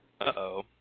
Uh-oh